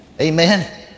Amen